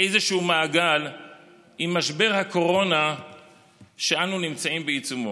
באיזשהו מעגל עם משבר הקורונה שאנו נמצאים בעיצומו.